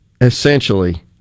essentially